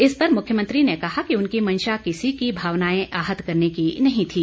इस पर मुख्यमंत्री ने कहा कि उनकी मंशा किसी की भावनाएं आहत करने की नहीं थी